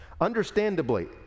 Understandably